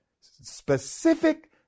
specific